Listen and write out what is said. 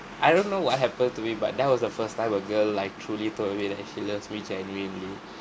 I don't know what happened to me but that was the first time a girl like truly told me that she loves me genuinely